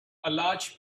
large